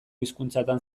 hizkuntzatan